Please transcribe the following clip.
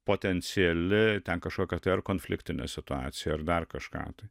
potenciali ten kažkokia tai ar konfliktinė situacija ar dar kažką tai